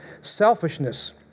Selfishness